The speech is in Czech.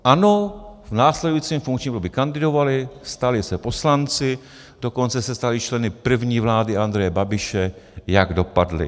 Ano, v následujícím funkčním období kandidovali, stali se poslanci, dokonce se stali i členy první vlády Andreje Babiše, jak dopadli.